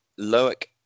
Loic